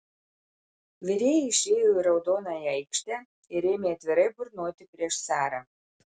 virėjai išėjo į raudonąją aikštę ir ėmė atvirai burnoti prieš carą